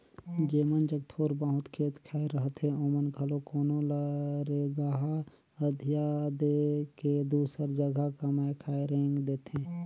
जेमन जग थोर बहुत खेत खाएर रहथे ओमन घलो कोनो ल रेगहा अधिया दे के दूसर जगहा कमाए खाए रेंग देथे